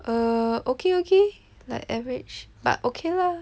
err okay okay like average but okay lah